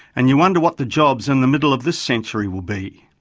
and you wonder what the jobs in the middle of this century will be.